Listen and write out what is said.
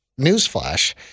newsflash